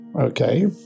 okay